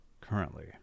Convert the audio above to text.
currently